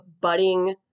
budding